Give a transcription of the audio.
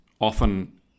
often